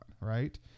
Right